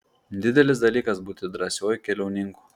didelis dalykas būti drąsiuoju keliauninku